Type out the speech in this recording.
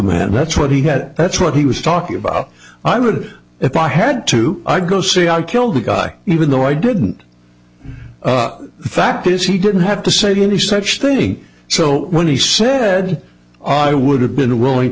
man that's what he had that's what he was talking about i would if i had to i go see i killed the guy even though i didn't the fact is he didn't have to say any such thing so when he said i would have been willing